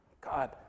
God